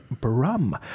Brum